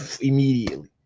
immediately